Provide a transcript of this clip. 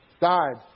Died